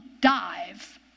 dive